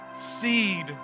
seed